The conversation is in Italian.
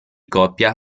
coppia